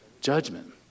judgment